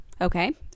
okay